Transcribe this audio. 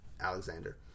Alexander